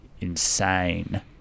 insane